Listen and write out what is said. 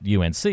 UNC